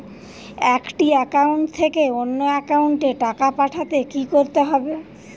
একটি একাউন্ট থেকে অন্য একাউন্টে টাকা পাঠাতে কি করতে হবে?